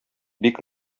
бик